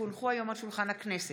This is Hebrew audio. כי הונחו היום על שולחן הכנסת,